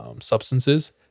substances